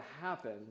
happen